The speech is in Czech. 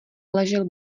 ležel